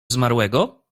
zmarłego